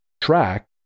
track